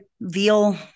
veal